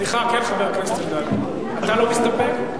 חבר הכנסת אלדד, אתה לא מסתפק?